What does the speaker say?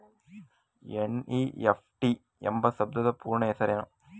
NEFT ಎಂಬ ಶಬ್ದದ ಪೂರ್ಣ ಹೆಸರೇನು?